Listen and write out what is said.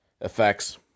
effects